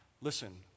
Listen